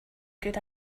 good